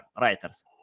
writers